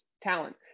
talent